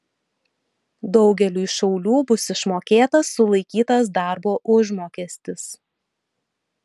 daugeliui šaulių bus išmokėtas sulaikytas darbo užmokestis